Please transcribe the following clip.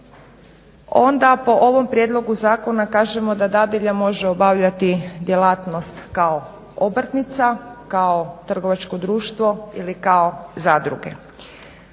onda po ovom prijedlogu zakona kažemo da dadilja može obavljati djelatnost kao obrtnica, kao trgovačko društvo ili kao zadruge.